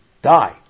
Die